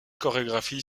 chorégraphie